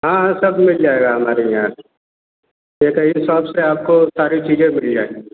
हाँ सब मिल जाएगा हमारे यहाँ एक ही शॉप से आपको सारी चीज़ें मिल जाएगी